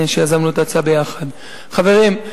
שיזמנו את ההצעה ביחד, חברים,